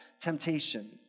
temptation